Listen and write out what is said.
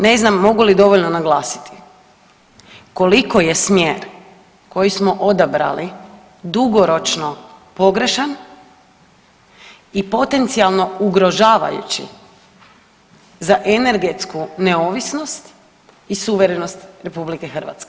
Ne znam mogu li dovoljno naglasiti koliko je smjer koji smo odabrali dugoročno pogrešan i potencijalno ugrožavajući za energetsku neovisnost i suverenost RH.